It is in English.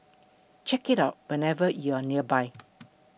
check it out whenever you are nearby